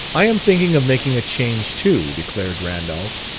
i am thinking of making a change too, declared randolph.